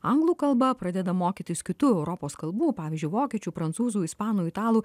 anglų kalba pradeda mokytis kitų europos kalbų pavyzdžiui vokiečių prancūzų ispanų italų